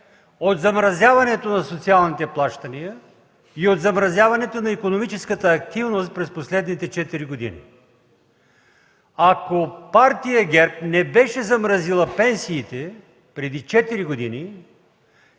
от замразяването на социалните плащания и от замразяването на икономическата активност през последните четири години. Ако партия ГЕРБ не беше замразила пенсиите преди четири години,